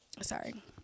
Sorry